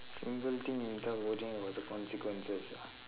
single thing without worrying about the consequences ah